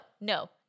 no